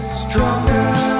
stronger